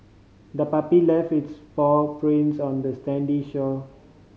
the puppy left its paw prints on the stand shore